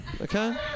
Okay